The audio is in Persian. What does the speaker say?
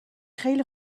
خیلی